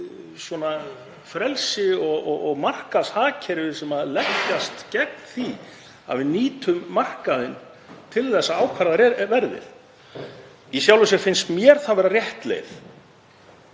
frelsi og markaðshagkerfi sem leggjast gegn því að við nýtum markaðinn til að ákvarða verðið. Í sjálfu sér finnst mér það vera rétt leið